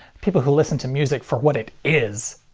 people who listen to music for what it is.